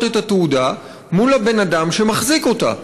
את התעודה מול הבן-אדם שמחזיק אותה ולראות,